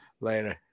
Later